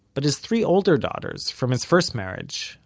but his three older daughters from his first marriage,